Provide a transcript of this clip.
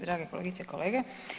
Drage kolegice i kolege.